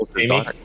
Amy